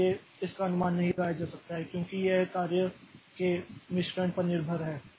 इसलिए इसका अनुमान नहीं लगाया जा सकता है क्योंकि यह कार्य के मिश्रण पर निर्भर है